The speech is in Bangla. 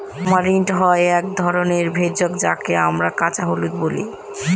তামারিন্ড হয় এক ধরনের ভেষজ যাকে আমরা কাঁচা হলুদ বলি